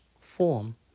form